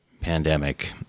pandemic